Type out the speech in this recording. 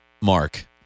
Mark